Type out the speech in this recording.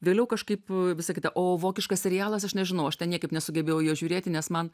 vėliau kažkaip visa kita o vokiškas serialas aš nežinau aš ten niekaip nesugebėjau jo žiūrėti nes man